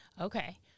okay